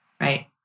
right